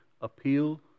appeal